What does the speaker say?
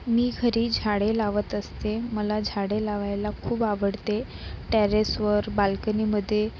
मी घरी झाडे लावत असते मला झाडे लावायला खूप आवडते टेरेसवर बाल्कनीमध्ये